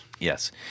Yes